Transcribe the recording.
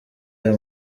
aya